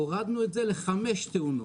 הורדנו את זה לחמש תאונות.